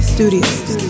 Studios